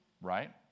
right